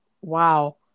Wow